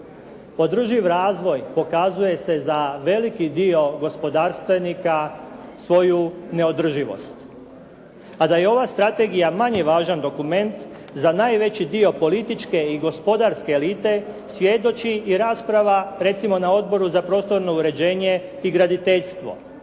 Održiv razvoj pokazuje se za veliki dio gospodarstvenika svoju neodrživost. A da je ova strategija manje važan dokument za najveći dio političke i gospodarske elite, svjedoči i rasprava recimo na Odboru za prostorno uređenje i graditeljstvo